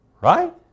right